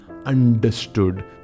understood